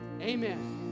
Amen